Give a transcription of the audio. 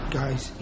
guys